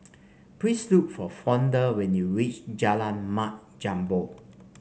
please look for Fonda when you reach Jalan Mat Jambol